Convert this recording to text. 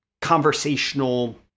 conversational